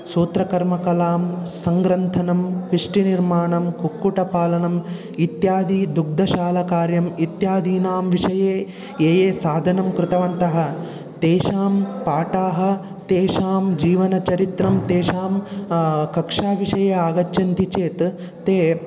सूत्रकर्मकलां सङ्ग्रन्थनं पिष्टनिर्माणं कुक्कुटपालनम् इत्यादि दुग्धशालाकार्यम् इत्यादीनां विषये ये ये साधनं कृतवन्तः तेषां पाठाः तेषां जीवनचरित्रं तेषां कक्षाविषये आगच्छन्ति चेत् ते